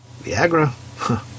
Viagra